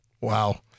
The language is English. wow